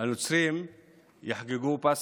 הנוצרים יחגגו פסחא,